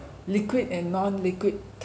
liquid and non-liquid